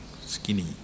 skinny